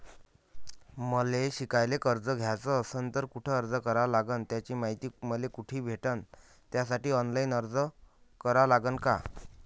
मले शिकायले कर्ज घ्याच असन तर कुठ अर्ज करा लागन त्याची मायती मले कुठी भेटन त्यासाठी ऑनलाईन अर्ज करा लागन का?